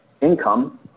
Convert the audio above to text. income